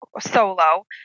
solo